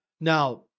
Now